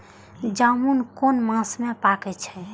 जामून कुन मास में पाके छै?